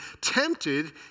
tempted